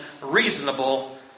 reasonable